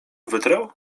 wytrę